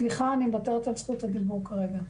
סליחה, אני מוותרת על זכות הדיבור כרגע.